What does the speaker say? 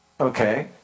okay